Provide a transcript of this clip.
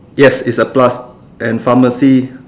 yes it's a plus and pharmacy